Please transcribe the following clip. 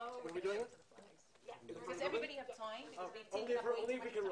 הילדים שלי צוחקים עליי,